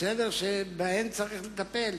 שבהן צריך לטפל.